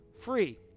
free